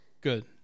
good